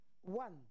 one